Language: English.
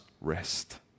rest